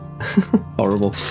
Horrible